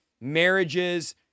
marriages